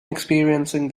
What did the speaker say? experiencing